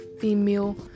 female